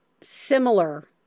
similar